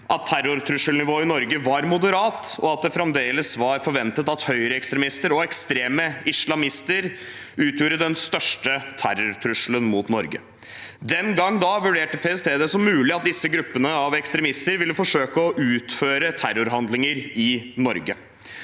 at terrortrusselnivået i Norge var moderat, og at det fremdeles var forventet at høyreekstremister og ekstreme islamister utgjorde den største terrortrusselen mot Norge. Den gangen vurderte PST det som mulig at disse gruppene av ekstremister ville forsøke å utføre terrorhandlinger i Norge.